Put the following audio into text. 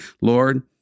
Lord